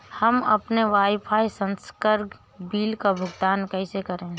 हम अपने वाईफाई संसर्ग बिल का भुगतान कैसे करें?